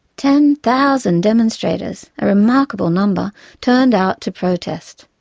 ten thousand demonstrators a remarkable number turned out to protest.